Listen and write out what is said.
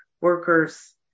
workers